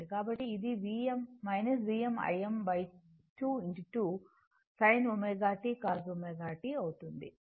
కాబట్టి ఇది Vm Im2 2 sin ω t cos ω t అవుతుంది